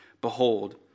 Behold